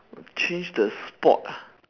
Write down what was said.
change the sport ah